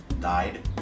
died